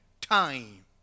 time